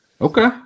Okay